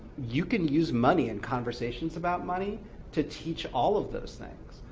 you can use money and conversations about money to teach all of those things.